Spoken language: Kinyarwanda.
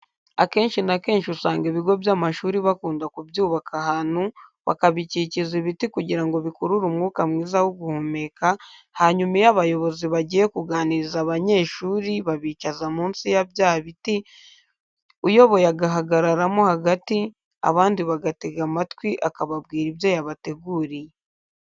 Akenshi na kenshi usanga ibigo by'amashuri bakunda kubyubaka ahantu bakabikikiza ibiti kugira ngo bikurure umwuka mwiza wo guhumeka hanyuma iyo abayobozi bagiye kuganiriza abanyeshuri babicaza munsi ya bya biti, uyoboye agahagaragamo hagati, abandi bagatega amatwi akababwira ibyo yabateguriye.